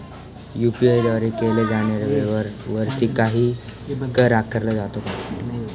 UPI द्वारे केल्या जाणाऱ्या व्यवहारावरती काही कर आकारला जातो का?